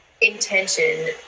intention